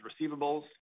receivables